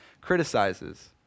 criticizes